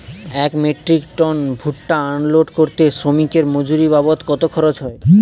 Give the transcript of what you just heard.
এক metric ton ভুট্টা unload করতে শ্রমিকের মজুরি বাবদ কত খরচ হয়?